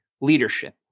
leadership